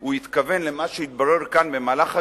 הוא התכוון למה שהתברר כאן במהלך הדיון,